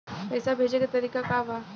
पैसा भेजे के तरीका का बा?